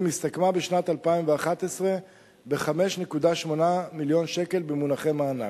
הסתכמה בשנת 2011 ב-5.8 מיליון שקל במונחי מענק.